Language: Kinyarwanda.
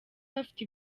bafite